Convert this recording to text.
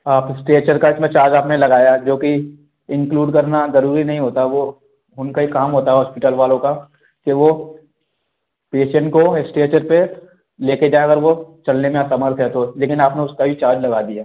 आप इस्ट्रेचर का इसमें चार्ज आपने लगाया जोकि इंक्लूड करना जरूरी नहीं होता वो उनका ही काम होता है हॉस्पिटल वालों का कि वो पेशेंट को एस्ट्रेचर पे लेके जाएं अगर वो चलने में असमर्थ है तो लेकिन आपने उसका भी चार्ज लगा दिया